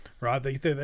right